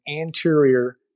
anterior